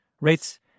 Rates